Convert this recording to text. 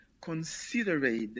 considered